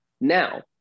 Now